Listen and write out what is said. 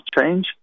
change